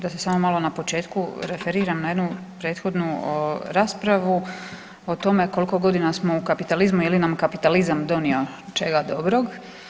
Da se samo malo na početku referiram na jednu prethodnu raspravu o tome koliko godina smo u kapitalizmu i je li nam kapitalizam donio čega dobrog.